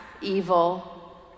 evil